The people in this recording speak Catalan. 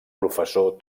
professor